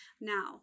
Now